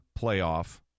playoff